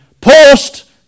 post